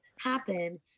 happen